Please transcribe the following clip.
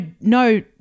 no